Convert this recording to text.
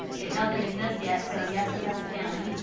it doesn't exist yet. so, yes, the test is failing.